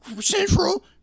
Central